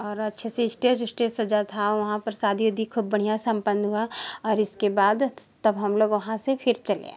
और अच्छे से इस्टेज उस्टेज सजा था वहाँ पर शादी उदी खूब बढ़िया संपन्न हुआ और इसके बाद तब हम लोग वहाँ से फिर चले आए